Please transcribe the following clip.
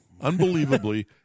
Unbelievably